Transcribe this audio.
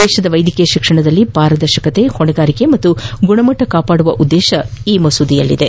ದೇಶದ ವೈದ್ಯಕೀಯ ಶಿಕ್ಷಣದಲ್ಲಿ ಪಾರದರ್ಶಕತೆ ಹೊಣೆಗಾರಿಕೆ ಮತ್ತು ಗುಣಮಟ್ಟ ಕಾಪಾಡುವ ಉದ್ದೇಶ ಈ ಮಸೂದೆಯಲ್ಲಿದೆ